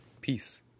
Peace